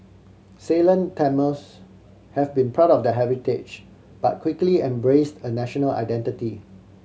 Ceylon Tamils have been proud of their heritage but quickly embraced a national identity